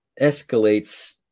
escalates